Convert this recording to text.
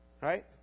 Right